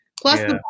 plus